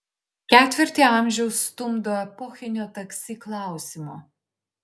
ketvirtį amžiaus stumdo epochinio taksi klausimo